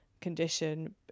condition